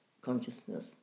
consciousness